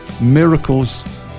Miracles